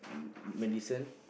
um medicine